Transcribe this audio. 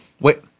wait